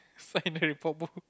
sign the report book